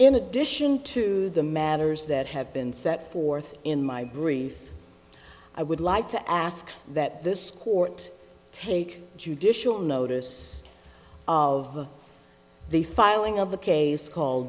in addition to the matters that have been set forth in my brief i would like to ask that this court take judicial notice of the filing of the case called